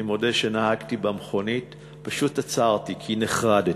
אני מודה שנהגתי במכונית ופשוט עצרתי, כי נחרדתי,